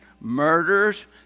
murders